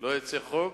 לא יצא חוק,